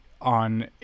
on